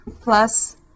plus